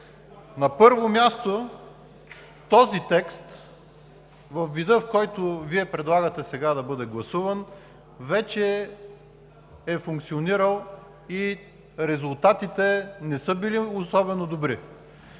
На първо място, този текст във вида, който предлагате сега да бъде гласуван, вече е функционирал и резултатите не са били особено добри.